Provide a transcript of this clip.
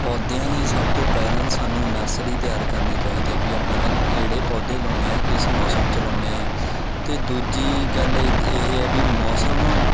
ਪੌਦਿਆਂ ਲਈ ਸਭ ਤੋਂ ਪਹਿਲਾਂ ਤਾਂ ਸਾਨੂੰ ਨਰਸਰੀ ਤਿਆਰ ਕਰਨੀ ਚਾਹੀਦੀ ਵੀ ਆਪਾਂ ਨੇ ਕਿਹੜੇ ਪੌਦੇ ਲਾਉਣੇ ਹੈ ਕਿਸ ਮੌਸਮ 'ਚ ਲਾਉਣੇ ਹੈ ਅਤੇ ਦੂਜੀ ਗੱਲ ਇੱਦਾਂ ਇਹ ਹੈ ਵੀ ਮੌਸਮ